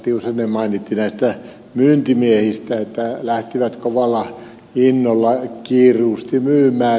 tiusanen mainitsi näistä myyntimiehistä että lähtivät kovalla innolla kiiruusti myymään